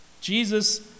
Jesus